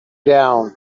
down